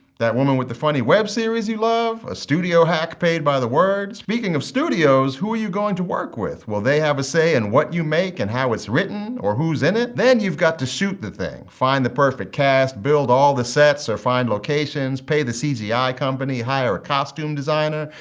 that woman with the funny webseries you love? a studio hack paid by the word? speaking of studios, who are you going to work with? will they have a say in what you make, and how it's written? or who's in it? then you've got to shoot the thing. find the perfect cast, build all the sets or find locations, pay the cgi company, hire a costume designer,